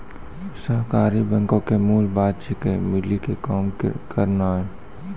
सहकारी बैंको के मूल बात छिकै, मिली के काम करनाय